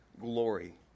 glory